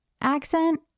accent